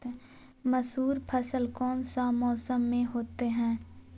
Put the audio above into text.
मसूर फसल कौन सा मौसम में होते हैं?